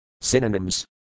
Synonyms